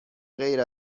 غیر